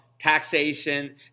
Taxation